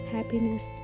Happiness